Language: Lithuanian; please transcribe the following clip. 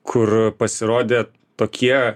kur pasirodė tokie